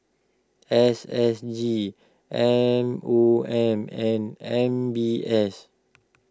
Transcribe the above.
S S G M O M and M B S